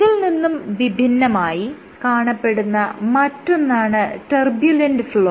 ഇതിൽ നിന്നും വിഭിന്നമായി കാണപ്പെടുന്ന മറ്റൊന്നാണ് ടർബ്യുലന്റ് ഫ്ലോ